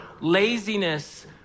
laziness